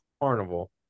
carnival